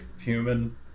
human